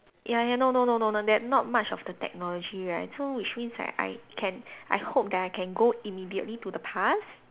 ya ya no no no no no that not much of that technology right so which means that I can I hope that I can go immediately to the past